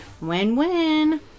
Win-win